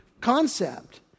concept